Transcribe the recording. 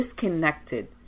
disconnected